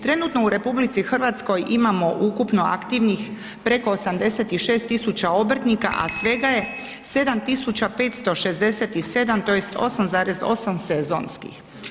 Trenutno u RH imamo ukupno aktivnih preko 86.000 obrtnika, a svega je 7.567 tj. 8,8 sezonskih.